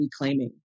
reclaiming